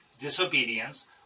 Disobedience